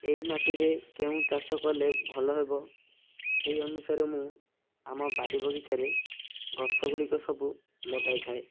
ଏଇ ମାଟିରେ କେଉଁ ଚାଷ କଲେ ଭଲ ହେବ ସେଇ ଅନୁସାରେ ମୁଁ ଆମ ବାଡ଼ି ବଗିଚାରେ ଗଛ ଗୁଡ଼ିକ ସବୁ ଲଗାଇଥାଏ